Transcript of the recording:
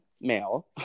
male